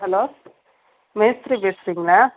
hello மேஸ்த்ரி பேசுகிறிங்களா